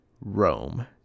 Rome